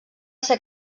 ser